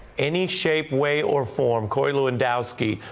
any shape, way or form, corey lewandowski.